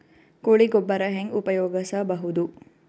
ಕೊಳಿ ಗೊಬ್ಬರ ಹೆಂಗ್ ಉಪಯೋಗಸಬಹುದು?